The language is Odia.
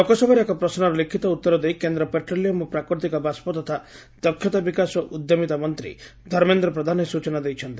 ଲୋକସଭାରେ ଏକ ପ୍ରଶ୍ୱର ଲିଖ୍ତ ଉତର ଦେଇ କେନ୍ଦ୍ର ପେଟ୍ରୋଲିୟମ ଓ ପ୍ରାକୃତିକ ବାଷ୍ଟ ତଥା ଦକ୍ଷତା ବିକାଶ ଓ ଉଦ୍ୟମୀତା ମନ୍ତୀ ଧର୍ମେନ୍ଦ୍ର ପ୍ରଧାନ ଏହି ସ୍ଚନା ଦେଇଛନ୍ତି